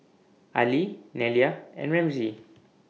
Allie Nelia and Ramsey